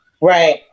right